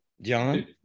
John